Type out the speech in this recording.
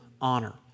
honor